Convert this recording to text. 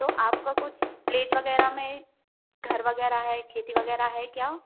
तो आपको कुछ ब्लेज वगैरह में घर वगैरह है खेती वगैरह है क्या